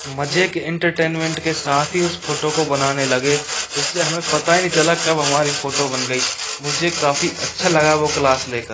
मज़े की एंटरटेनमेंट के साथ ही उस फ़ोटो को बनाने लगे जिससे हमें पता ही नहीं चला कब हमारी फ़ोटो बन गई मुझे काफ़ी अच्छा लगा वह क्लास लेकर